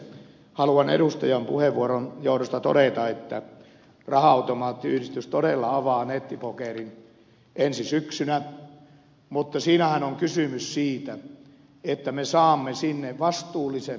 haluan edustajan puheenvuoron johdosta todeta että raha automaattiyhdistys todella avaa nettipokerin ensi syksynä mutta siinähän on kysymys siitä että me saamme sinne vastuullisen pelivaihtoehdon